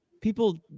people